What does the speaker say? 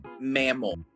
mammal